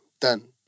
done